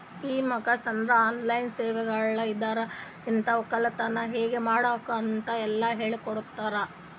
E commerce ಅಂದುರ್ online ಸೇವೆಗೊಳ್ ಇದುರಲಿಂತ್ ಒಕ್ಕಲತನ ಹೇಗ್ ಮಾಡ್ಬೇಕ್ ಅಂತ್ ಎಲ್ಲಾ ಹೇಳಕೊಡ್ತಾರ್